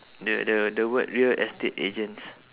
the the the word real estate agents